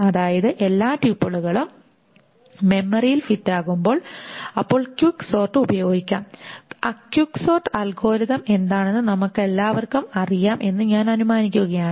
അതായത് എല്ലാ ട്യൂപ്പിളുകളും മെമ്മറിയിൽ ഫിറ്റ് ആകുമ്പോൾ അപ്പോൾ ക്വിക്ക് സോർട്ട് ഉപയോഗിക്കാം ക്വിക്ക് സോർട്ട് അൽഗോരിതം എന്താണെന്ന് നിങ്ങൾക്കെല്ലാവർക്കും അറിയാം എന്ന് ഞാൻ അനുമാനിക്കുകയാണ്